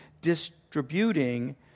distributing